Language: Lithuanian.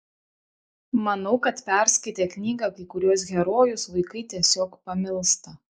manau kad perskaitę knygą kai kuriuos herojus vaikai tiesiog pamilsta